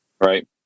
Right